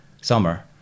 summer